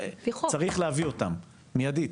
צריך להביא אותם מיידית.